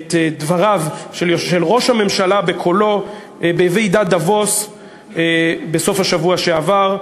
את דבריו של ראש הממשלה בקולו בוועידת דבוס בסוף השבוע שעבר.